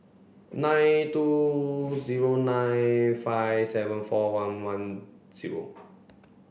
nine two zero nine five seven four one one zero